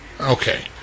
Okay